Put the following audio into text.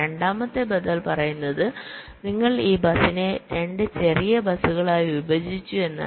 രണ്ടാമത്തെ ബദൽ പറയുന്നത് നിങ്ങൾ ഈ ബസിനെ 2 ചെറിയ ബസുകളായി വിഭജിച്ചു എന്നാണ്